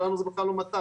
שלנו זה בכלל לא מט"ש,